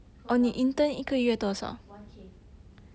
one one k